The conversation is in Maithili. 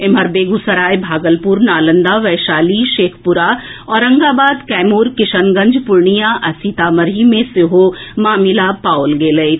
एम्हर बेगूसराय भागलपुर नालंदा वैशाली शेखपुरा औरंगाबाद कैमूर किशनगंज पूर्णियां आ सीतामढ़ी मे सेहो मामिला पाओल गेल अछि